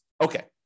Okay